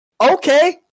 okay